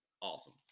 awesome